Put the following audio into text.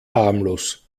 harmlos